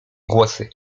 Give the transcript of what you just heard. głosy